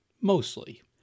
mostly